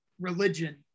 religion